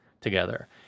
together